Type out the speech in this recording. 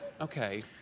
Okay